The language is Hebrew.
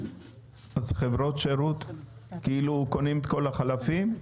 אז חברות שירות קונות את כל החלפים,